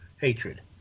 hatred